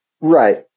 Right